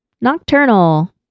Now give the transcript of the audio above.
Nocturnal